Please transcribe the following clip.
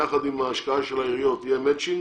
יחד עם ההשקעה של העיריות יהיה מצ'ינג,